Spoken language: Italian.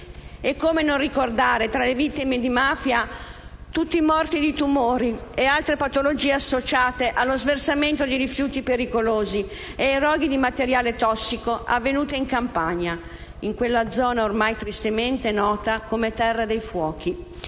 Come non ricordare poi, tra le vittime di mafia, tutti i morti di tumore e altre patologie associate allo sversamento di rifiuti pericolosi e ai roghi di materiale tossico avvenute in Campania, in quella zona ormai tristemente nota come terra dei fuochi?